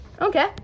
Okay